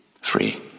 Free